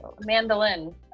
mandolin